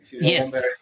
Yes